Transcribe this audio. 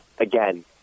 Again